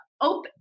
open